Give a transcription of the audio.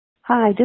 hi